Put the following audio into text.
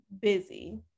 busy